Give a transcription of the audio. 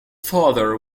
father